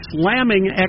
slamming